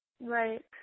Right